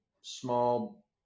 small